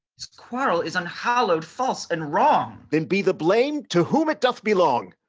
his quarrel is unhallowed false and wrong. then be the blame to whom it doth belong.